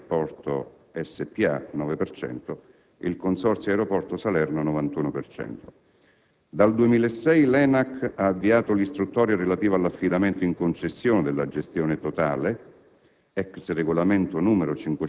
sono la Società Salerno Interporto S.p.A. (9 per cento) e il Consorzio Aeroporto Salerno (91 per cento). Dal 2006, l'ENAC ha avviato l'istruttoria relativa all'affidamento in concessione della gestione totale,